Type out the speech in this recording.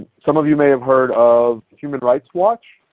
some of you may have heard of human rights watch.